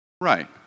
Right